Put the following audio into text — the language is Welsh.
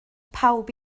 pawb